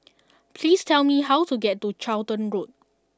please tell me how to get to Charlton Road